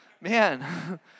man